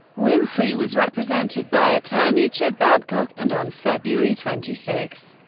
winfrey was represented by attorney chip babcock and, on february twenty six,